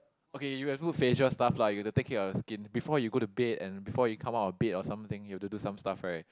okay you have put facial stuff lah you gotta take care of your skin before you go to bed and before you come out of bed or something you have to do some stuff right